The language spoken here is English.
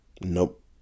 Nope